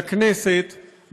לכנסת,